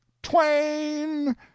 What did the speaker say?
twain